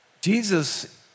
Jesus